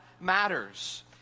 matters